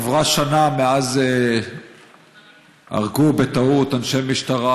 עברה שנה מאז הרגו בטעות אנשי משטרה